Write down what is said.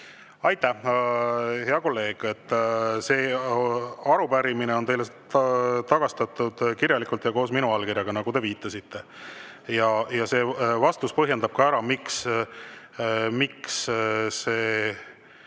Aitäh, hea kolleeg! See arupärimine on teile tagastatud kirjalikult ja koos minu allkirjaga, nagu te viitasite. See vastus põhjendab ka ära, miks see